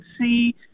see